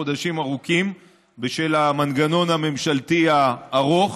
חודשים ארוכים בשל המנגנון הממשלתי הארוך,